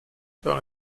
par